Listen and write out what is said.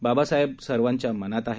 बाबासाहेब सर्वांच्या मनात आहेत